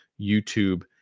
YouTube